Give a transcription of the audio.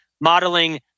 modeling